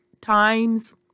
Times